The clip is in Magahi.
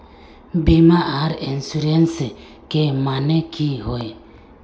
बीमा आर इंश्योरेंस के माने की होय?